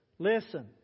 Listen